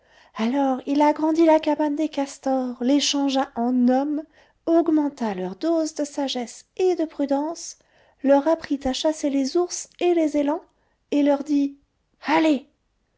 alors il agrandit la cabane des castors les changea en hommes augmenta leur dose de sagesse et de prudence leur apprit à chasser les ours et les élans et leur dit allez